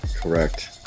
Correct